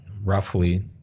Roughly